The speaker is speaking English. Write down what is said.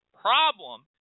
problem